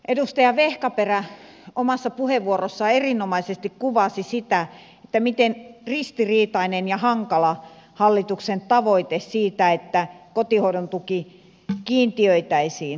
edustaja vehkaperä omassa puheenvuorossaan erinomaisesti kuvasi sitä että miten ristiriitainen ja hankala hallituksen tavoite siitä että kotihoidon tuki kiintiöitäisiin on